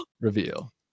reveal